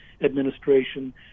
administration